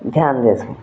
ଧ୍ୟାନ୍ ଦେସୁଁ